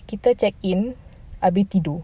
kita check in abeh tidur